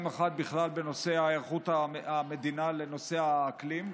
אחד בכלל בנושא היערכות המדינה לנושא האקלים,